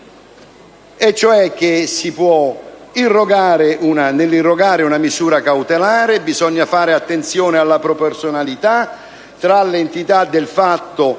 e cioè che nell'irrogare una misura cautelare bisogna fare attenzione alla proporzionalità tra l'entità del fatto